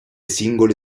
singole